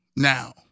Now